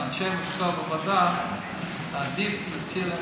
אנשי המקצוע בוועדה, עדיף שם,